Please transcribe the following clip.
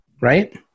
right